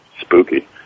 spooky